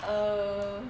err